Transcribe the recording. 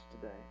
today